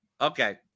okay